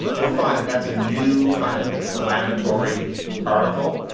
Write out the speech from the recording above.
you'll find that that's a new kind of exclamatory particle.